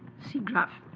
see graph.